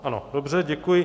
Ano, dobře, děkuji.